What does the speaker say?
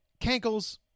Cankles